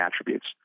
attributes